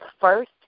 first